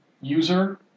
user